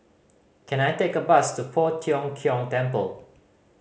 can I take a bus to Poh Tiong Kiong Temple